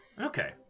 okay